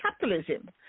capitalism